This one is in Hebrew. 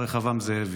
השר רחבעם זאבי.